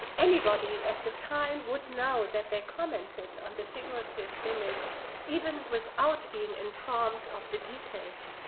anybody at the time would know that they commented on the figurative image even without being informed of the details.